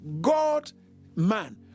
God-man